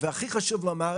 והכי חשוב לומר,